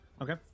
Okay